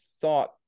thought